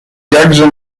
jakże